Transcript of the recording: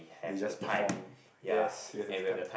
they just perform yes you have to time